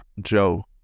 Joe